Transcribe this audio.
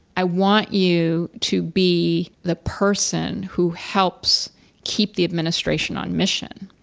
i want you to be the person who helps keep the administration on mission.